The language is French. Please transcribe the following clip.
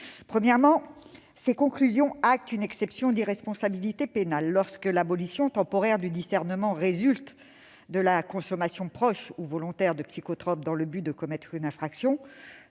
Premièrement, ces conclusions actent une exception d'irresponsabilité pénale. Pour l'Assemblée nationale, c'est le cas lorsque l'abolition temporaire du discernement résulte de la consommation proche ou volontaire de psychotropes dans le but de commettre une infraction.